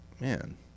man